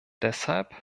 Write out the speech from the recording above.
deshalb